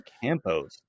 Campos